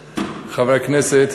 הכנסת,